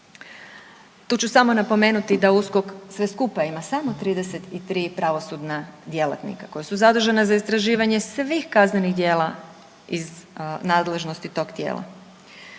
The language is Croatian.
Tu ću samo napomenuti da USKOK sve skupa ima samo 33 pravosudna djelatnika koja su zadužena za istraživanje svih kaznenih djela iz nadležnosti tog tijela.